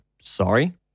sorry